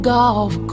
golf